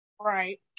right